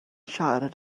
siarad